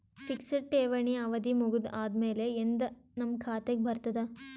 Fixed ಠೇವಣಿ ಅವಧಿ ಮುಗದ ಆದಮೇಲೆ ಎಂದ ನಮ್ಮ ಖಾತೆಗೆ ಬರತದ?